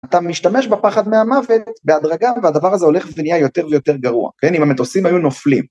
אתה משתמש בפחד מהמוות, בהדרגה, והדבר הזה הולך ונהיה יותר ויותר גרוע, כן? אם המטוסים היו נופלים..